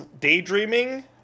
Daydreaming